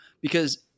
Because-